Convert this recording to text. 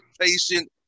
patient